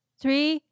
three